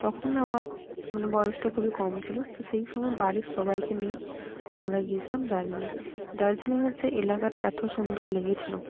তখন আমার মানে বয়সটা খুবই কম ছিলো তো সেই সময় বাড়ির সবাইকে নিয়ে আমরা গিয়েছিলাম দার্জিলিং দার্জিলিংয়ের যে এলাকাটা এত সুন্দর লেগেছিলো